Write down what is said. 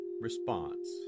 response